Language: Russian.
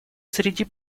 среди